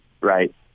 right